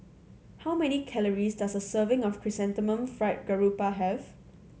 how many calories does a serving of Chrysanthemum Fried Garoupa have